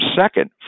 second